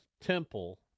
Temple